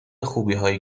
خوبیهایی